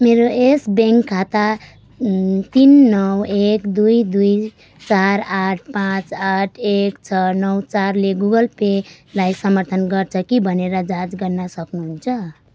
मेरो यस ब्याङ्क खाता तिन नौ एक दुई दुई चार आठ पाँच आठ एक छ नौ चारले गुगल पेलाई समर्थन गर्छ कि भनेर जाँच गर्न सक्नुहुन्छ